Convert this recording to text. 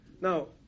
Now